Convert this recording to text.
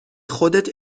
خودت